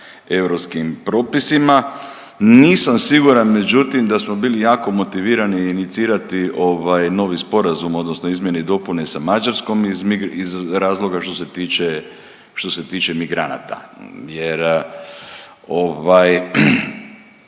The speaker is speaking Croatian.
europskim propisima. Nisam siguran međutim da smo bili jako motivirani inicirati novi sporazum odnosno izmjene i dopune sa Mađarskom iz razloga što se tiče migranata jer